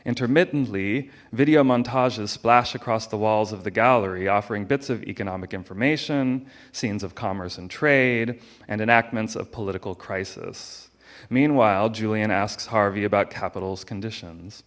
intermittently video montages splash across the walls of the gallery offering bits of economic information scenes of commerce and trade and enactments of political crisis meanwhile julian asks harvey about capitols conditions